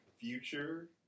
future